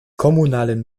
kommunalen